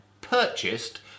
purchased